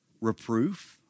reproof